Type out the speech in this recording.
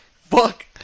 fuck